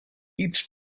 each